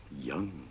young